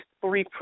three